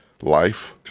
Life